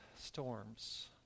storms